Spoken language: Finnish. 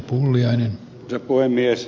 arvoisa puhemies